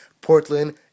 Portland